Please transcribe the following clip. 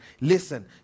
Listen